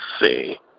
see